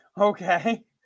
Okay